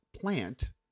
plant